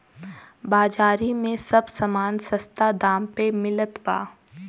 बाजारी में सब समान सस्ता दाम पे मिलत बा